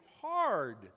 hard